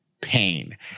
pain